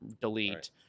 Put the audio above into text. Delete